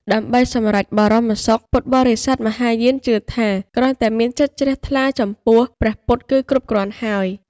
ដើម្បីសម្រេចបរមសុខ ពុទ្ធបរិស័ទមហាយានជឿថាគ្រាន់តែមានចិត្តជ្រះថ្លាចំពោះព្រះពុទ្ធគឺគ្រប់គ្រាន់ហើយ។